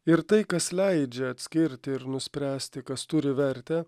ir tai kas leidžia atskirti ir nuspręsti kas turi vertę